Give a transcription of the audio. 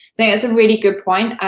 that's a really good point.